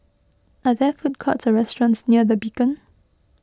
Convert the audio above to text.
are there food courts or restaurants near the Beacon